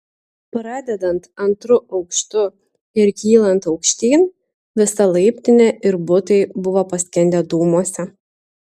pradedant antru aukštu ir kylant aukštyn visa laiptinė ir butai buvo paskendę dūmuose